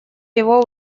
его